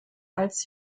als